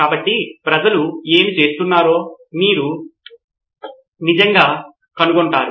కాబట్టి ప్రజలు ఏమి చేస్తున్నారో మీరు నిజంగా ఎలా కనుగొంటారు